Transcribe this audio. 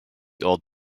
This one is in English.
old